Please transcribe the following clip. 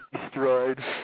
destroyed